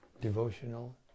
devotional